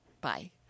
Bye